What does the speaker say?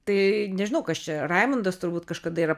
tai nežinau kas čia raimundas turbūt kažkada yra